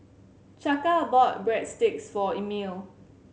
Chaka bought Breadsticks for Emil